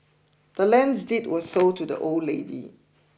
the land's deed was sold to the old lady